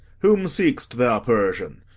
whom seek'st thou, persian?